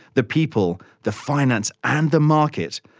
the people, the finance, and the market,